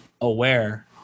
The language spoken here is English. aware